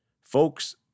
Folks